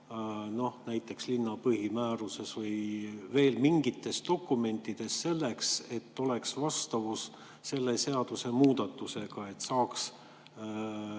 näiteks linna põhimääruses või mingites muudes dokumentides selleks, et oleks vastavus selle seadusemuudatusega, et saaks